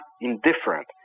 indifferent